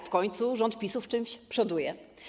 W końcu rząd PiS-u w czymś przoduje.